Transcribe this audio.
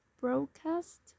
broadcast